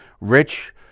rich